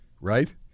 right